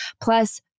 plus